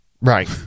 Right